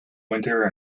winter